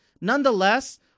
nonetheless